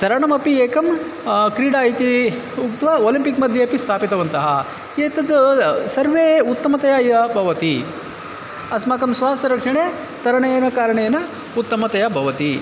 तरणमपि एकं क्रीडा इति उक्त्वा ओलम्पिक्मध्ये अपि स्थापितवन्तः एतद् सर्वे उत्तमतया भवति अस्माकं स्वास्थ्यरक्षणे तरणेन कारणेन उत्तमतया भवति